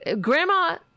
Grandma